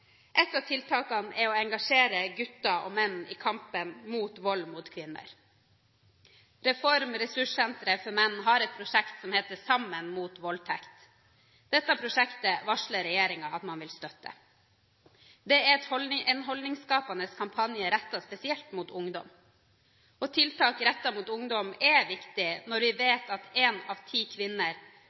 et av tiltakene er å engasjere gutter og menn i kampen mot vold mot kvinner. Reform – ressurssenter for menn – har et prosjekt som heter «Sammen mot voldtekt». Dette prosjektet varsler regjeringen at man vil støtte. Det er en holdningsskapende kampanje rettet spesielt mot ungdom. Tiltak rettet mot ungdom er viktig når vi vet at én av ti kvinner